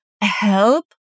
help